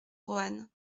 roanne